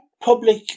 public